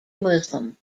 muslim